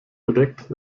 bedeckt